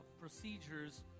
procedures